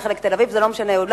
אמרו תל-אביב,